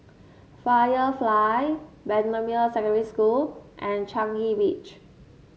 Firefly Bendemeer Secondary School and Changi Beach